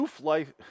life